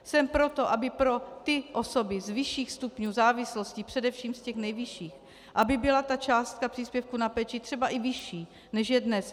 Jsem pro to, aby pro ty osoby z vyšších stupňů závislosti, především z těch nejvyšších, aby byla částka příspěvku na péči třeba i vyšší, než je dnes.